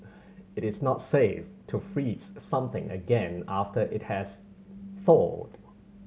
it is not safe to freeze something again after it has thawed